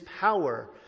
power